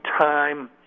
time